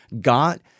got